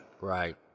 Right